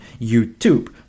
YouTube